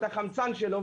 את החמצן שלו,